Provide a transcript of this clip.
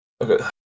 Okay